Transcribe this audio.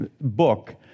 book